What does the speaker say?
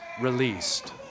released